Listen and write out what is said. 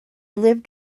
lived